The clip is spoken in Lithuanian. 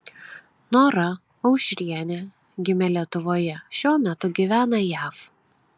nora aušrienė gimė lietuvoje šiuo metu gyvena jav